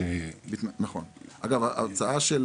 אגב ההצעה של